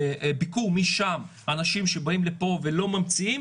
ביקור משם, אנשים שבאים לפה ולא ממציאים.